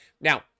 Now